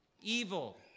Evil